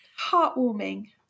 Heartwarming